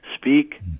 Speak